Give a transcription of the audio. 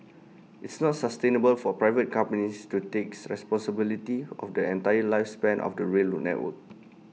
it's not sustainable for private companies to takes responsibility of the entire lifespan of the rail network